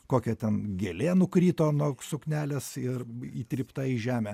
kokia ten gėlė nukrito nuok suknelės ir įtrypta į žemę